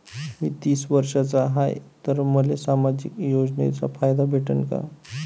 मी तीस वर्षाचा हाय तर मले सामाजिक योजनेचा लाभ भेटन का?